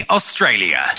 Australia